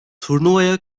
turnuvaya